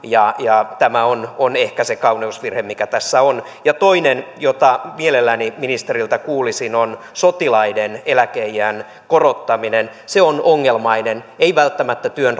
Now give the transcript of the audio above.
tämä on on ehkä se kauneusvirhe mikä tässä on toinen josta mielelläni ministeriltä kuulisin on sotilaiden eläkeiän korottaminen se on ongelmainen ei välttämättä työn